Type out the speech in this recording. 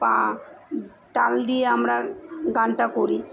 পা তাল দিয়ে আমরা গানটা করি